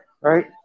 right